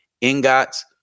ingots